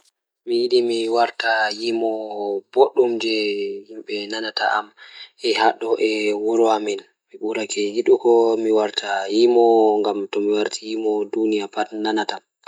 Si yidi mi warta yimoowo waɗataa jaɓde waɗude hakiliɓe ngoni ndee o waawataa heɓa njammbude ngal fiyaangu ngam miɗo waawataa njiddaade ngal waawde.